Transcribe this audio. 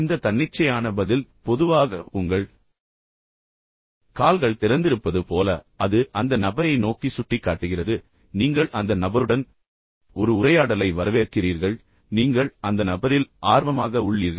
இந்த தன்னிச்சையான பதில் பொதுவாக உங்கள் கால்கள் திறந்திருப்பது போல பின்னர் அது அந்த நபரை நோக்கி சுட்டிக்காட்டுகிறது எனவே நீங்கள் அந்த நபருடன் ஒரு உரையாடலை வரவேற்கிறீர்கள் பின்னர் நீங்கள் அந்த நபரில் ஆர்வமாக உள்ளீர்கள்